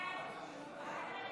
סעיפים 1 2